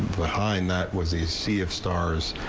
behind that was the sea of stars.